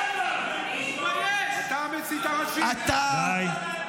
אתה המסית הראשי --- די.